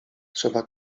trzeba